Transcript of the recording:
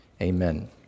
Amen